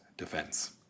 defense